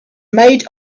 made